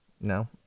no